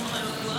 קודם כול, דבר